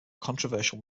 controversial